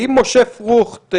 משה פרוכט,